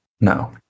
No